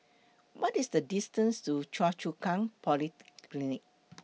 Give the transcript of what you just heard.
What IS The distance to Choa Chu Kang Polyclinic